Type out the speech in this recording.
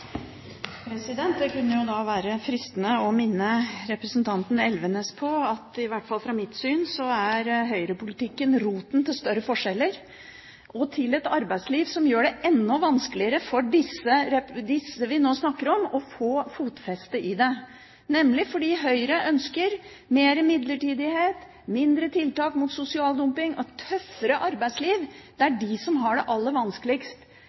Elvenes på at ut fra mitt syn i hvert fall er høyrepolitikken roten til større forskjeller og til et arbeidsliv som gjør det enda vanskeligere for dem vi nå snakker om, å få fotfeste i det, fordi Høyre ønsker mer midlertidighet, mindre tiltak mot sosial dumping og et tøffere arbeidsliv, der de som har det aller vanskeligst,